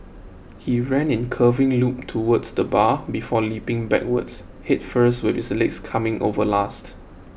he ran in curving loop towards the bar before leaping backwards head first with his legs coming over last